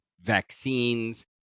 vaccines